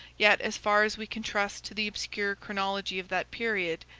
yet as far as we can trust to the obscure chronology of that period,